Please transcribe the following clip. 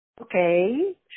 Okay